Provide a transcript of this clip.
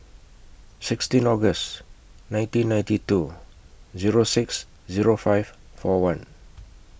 sixteen August nineteen ninety two Zero six Zero five four one